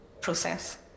process